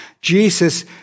Jesus